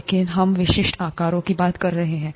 लेकिन हम विशिष्ट आकारों की बात कर रहे हैं